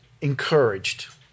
encouraged